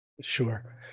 Sure